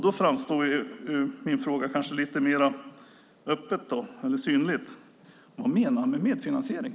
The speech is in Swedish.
Då framstår ju min fråga kanske lite mer synligt: Vad menar han med medfinansiering?